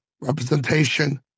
representation